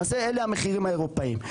למעשה אלה המחירים האירופאיים.